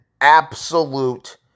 absolute